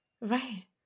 Right